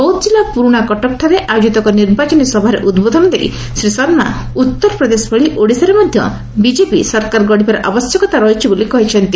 ବୌଦ୍ଧ ଜିଲ୍ଲା ପୁରୁଣା କଟକ ଠାରେ ଆୟୋଜିତ ଏକ ନିର୍ବାଚନୀ ସଭାରେ ଉଦ୍ବୋଧନ ଦେଇ ଶ୍ରୀ ଶର୍ମା ଉଉରପ୍ରଦେଶ ଭଳି ଓଡିଶାରେ ମଧ୍ଧ ବିଜେପି ସରକାର ଗଢିବାର ଆବଶ୍ୟକତା ରହିଛି ବୋଲି କହିଛନ୍ତି